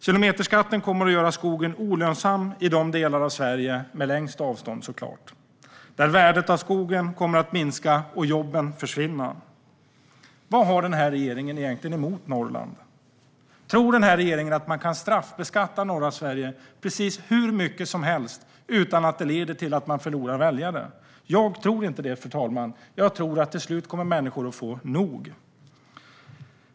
Kilometerskatten kommer att göra skogen olönsam i de delar av Sverige som har längst avstånd. Där kommer värdet av skogen att minska, och jobben kommer att försvinna. Vad har den här regeringen egentligen emot Norrland? Tror den här regeringen att man kan straffbeskatta norra Sverige precis hur mycket som helst utan att det leder till att man förlorar väljare? Jag tror inte det, fru talman. Jag tror att människor till slut kommer att få nog.